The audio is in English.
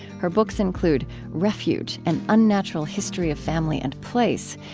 her books include refuge an unnatural history of family and place,